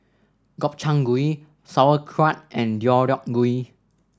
Gobchang Gui Sauerkraut and Deodeok Gui